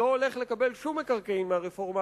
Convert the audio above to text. לא הולך לקבל שום מקרקעין מהרפורמה